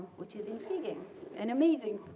which is intriguing and amazing.